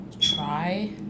try